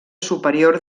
superior